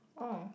oh